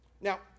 Now